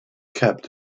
kept